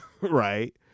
right